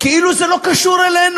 גברתי השרה,